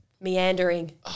meandering